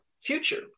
future